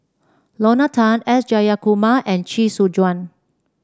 Lorna Tan S Jayakumar and Chee Soon Juan